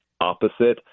opposite